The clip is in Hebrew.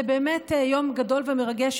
זה באמת יום גדול ומרגש,